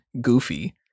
goofy